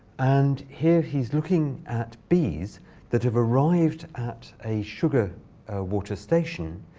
and here he is looking at bees that have arrived at a sugar water station.